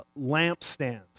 lampstands